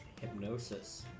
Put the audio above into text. Hypnosis